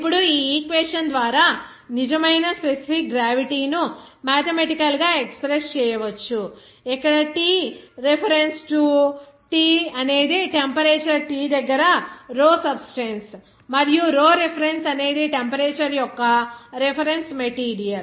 ఇప్పుడు ఈ ఈక్వేషన్ ద్వారా నిజమైన స్పెసిఫిక్ గ్రావిటీ ను మాథెమెటికల్ గా ఎక్స్ప్రెస్ చేయవచ్చు ఇక్కడ T రిఫరెన్స్ టు T అనేది టెంపరేచర్ T దగ్గర రో సబ్స్టెన్స్ మరియు రో రిఫరెన్స్ అనేది టెంపరేచర్ యొక్క రిఫరెన్స్ మెటీరియల్